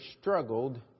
struggled